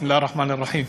בסם אללה א-רחמאן א-רחים.